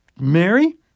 Mary